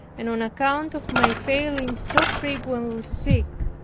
and on account of my falling so frequently sick,